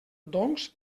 doncs